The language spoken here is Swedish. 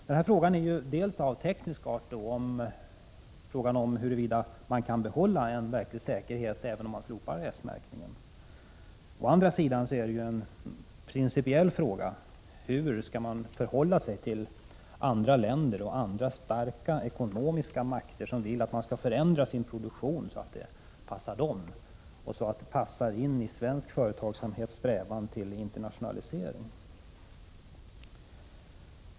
Den här frågan är å ena sidan av teknisk art — hur kan man behålla en verklig elsäkerhet även om man slopar S-märkningen — och å andra sidan en principiell fråga — hur man skall förhålla sig till andra länder och andra starka ekonomiska makter som vill att man skall förändra sin produktion så att den passar dem och passar in i svensk företagsamhets strävan till internationalisering.